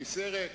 כיסא ריק.